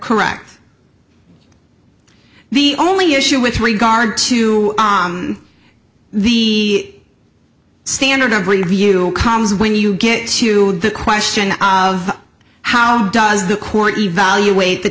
correct the only issue with regard to the standard of review comes when you get to the question of how does the court evaluate the